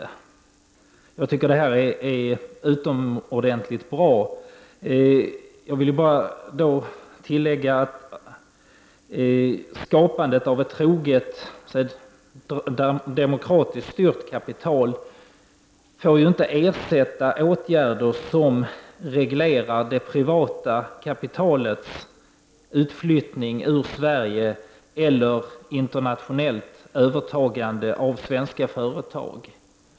Jag tycker att det är utomordentligt bra. Jag vill då tillägga att skapandet av ett troget, demokratiskt styrt kapital inte får ersätta åtgärder som reglerar det privata kapitalets utflyttning ur Sverige eller internationellt övertagande av svenska företag.